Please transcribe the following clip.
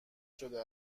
شده